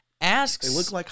Asks